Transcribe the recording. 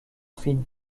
fines